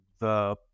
the-